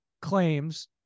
claims